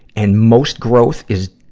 and most growth is